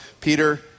Peter